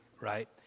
right